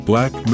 Black